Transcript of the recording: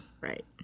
Right